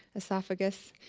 esophagus,